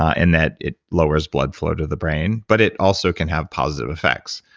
in that it lowers blood flow to the brain, but it also can have positive effects.